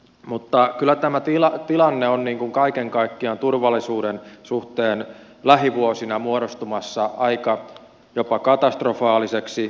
mutta kyllä tämä tilanne on kaiken kaikkiaan turvallisuuden suhteen lähivuosina muodostumassa jopa aika katastrofaaliseksi